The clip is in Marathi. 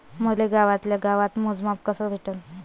मले गावातल्या गावात मोजमाप कस भेटन?